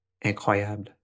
Incroyable